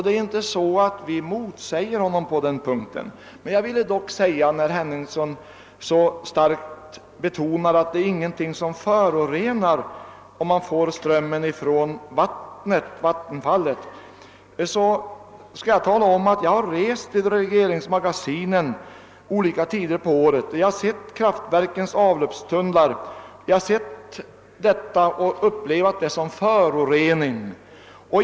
Vi motsäger honom inte på den punkten. När han så starkt betonar att det inte blir några föroreningar när man tar elkraften från vattenfall vill jag dock tala om att jag under olika tider av året har rest i områden där regleringsmagasin finns och jag har sett kraftverksavloppstunnlar. Allt detta har jag upplevt som förorening.